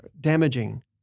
damaging